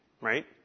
right